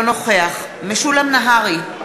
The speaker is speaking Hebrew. אינו נוכח משולם נהרי,